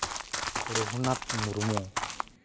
Raghunath Murmu